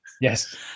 Yes